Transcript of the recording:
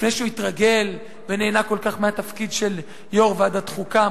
לפני שהוא התרגל ונהנה כל כך מהתפקיד של יושב-ראש ועדת חוקה,